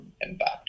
impact